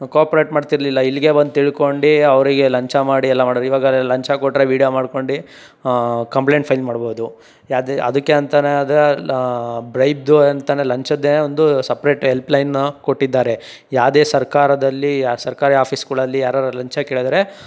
cooperate ಮಾಡ್ತಿರಲಿಲ್ಲ ಇಲ್ಲಿಗೆ ಬಂದು ತಿಳ್ಕೊಂಡು ಅವರಿಗೆ ಲಂಚ ಮಾಡಿ ಎಲ್ಲ ಮಾಡೋರು ಇವಾಗ ಲಂಚ ಕೊಟ್ಟರೆ ವೀಡ್ಯೋ ಮಾಡ್ಕೊಂಡು ಕಂಪ್ಲೇಂಟ್ ಫೈಲ್ ಮಾಡ್ಬೋದು ಯಾವುದೇ ಅದಕ್ಕೆ ಅಂತಾರೆ ಆದ ಅಂತಲೇ ಲಂಚದ್ದೇ ಒಂದು ಸಪ್ರೇಟ್ ಎಲ್ಪ್ಲೈನ್ನು ಕೊಟ್ಟಿದ್ದಾರೆ ಯಾವ್ದೇ ಸರ್ಕಾರದಲ್ಲಿ ಸರ್ಕಾರಿ ಆಫೀಸ್ಗಳಲ್ಲಿ ಯಾರಾದ್ರು ಲಂಚ ಕೇಳಿದರೆ